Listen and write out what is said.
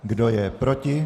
Kdo je proti?